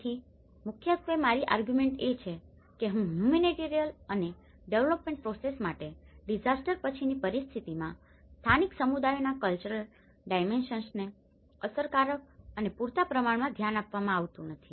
તેથી મુખ્યત્વે મારી અર્ગ્યુંમેન્ટ એ છે કે કેમ હ્યુમનીટેરિયન અને ડેવેલપમેન્ટ પ્રોસેસ માટે ડીઝાસ્ટર પછીની પરિસ્થિતિમાં સ્થાનિક સમુદાયોના કલ્ચરલ ડાઈમેન્શનને અસરકારક અને પૂરતા પ્રમાણમાં ધ્યાન આપવામાં આવતું નથી